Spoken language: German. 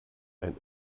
ein